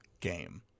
game